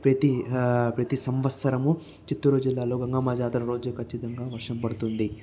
ప్రతి ప్రతి సంవత్సరము చిత్తూరు జిల్లాలో గంగమ్మ జాతర రోజే ఖచ్చితంగా వర్షం పడుతుంది